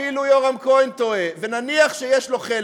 אפילו יורם כהן טועה, ונניח שיש לו חלק,